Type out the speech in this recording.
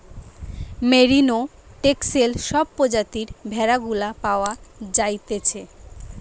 merino, Texel সব প্রজাতির ভেড়া গুলা পাওয়া যাইতেছে